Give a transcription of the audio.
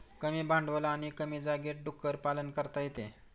कमी भांडवल आणि कमी जागेत डुक्कर पालन करता येते